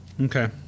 okay